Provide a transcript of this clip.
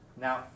Now